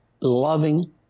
loving